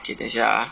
K 等一下 ah